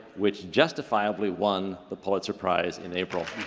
which justifiably won the pulitzer prize in april.